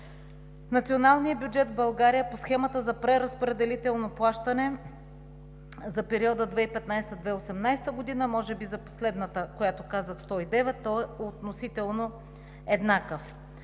Националният бюджет в България по Схемата за преразпределително плащане за периода 2015 – 2018 г., може би за последната, която казах: 109, той е относително еднакъв.